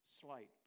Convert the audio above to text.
slight